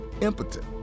impotent